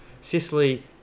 Sicily